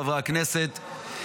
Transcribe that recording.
חברי הכנסת,